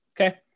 okay